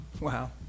Wow